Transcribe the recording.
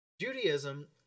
Judaism